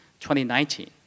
2019